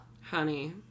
Honey